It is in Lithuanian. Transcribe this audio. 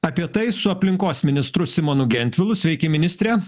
apie tai su aplinkos ministru simonu gentvilu sveiki ministre